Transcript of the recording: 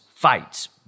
fights